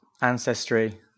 ancestry